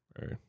Right